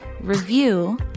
review